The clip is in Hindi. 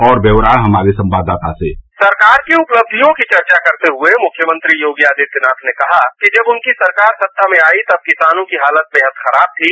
और ब्यौरा हमारे संवाददाता से सरकार की उपलक्षियों की चर्चा करते हुए मुख्यमंत्री योगी आदित्यनाथ ने कहा कि जब उनकी सरकार सत्ता में आई तब किसानों की हालत बेहद खराब थी